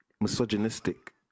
misogynistic